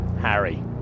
Harry